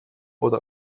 oder